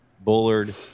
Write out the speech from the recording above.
Bullard